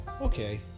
okay